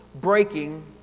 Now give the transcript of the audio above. breaking